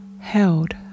held